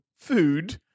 food